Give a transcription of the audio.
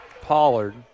Pollard